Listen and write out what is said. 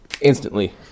instantly